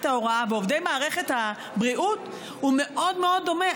ההוראה ועובדי מערכת הבריאות הוא מאוד דומה.